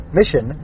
mission